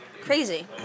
Crazy